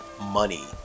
money